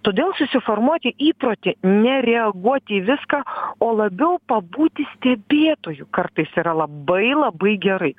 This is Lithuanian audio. todėl susiformuoti įprotį nereaguoti į viską o labiau pabūti stebėtoju kartais yra labai labai gerai